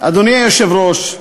אדוני היושב-ראש,